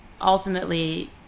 ultimately